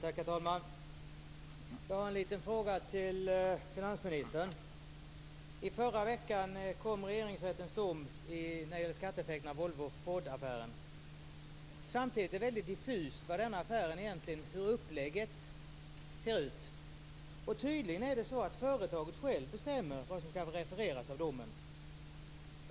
Herr talman! Jag har en liten fråga till finansministern. I förra veckan kom regeringsrättens dom i målet om skatteeffekten av Volvo-Ford-affären. Det är väldigt diffust hur uppläggningen av denna affär ser ut. Tydligen är det så att företaget självt bestämmer vad som ska refereras i domen.